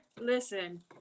Listen